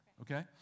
Okay